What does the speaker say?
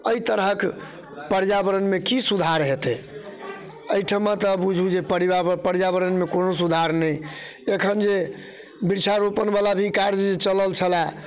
एहि तरहके पर्यावरणमे कि सुधार हेतै एहिठाम तऽ बुझू जे पर्या पर्यावरणमे कोनो सुधार नहि एखन जे वृक्षारोपणवला भी कार्य चलल छलै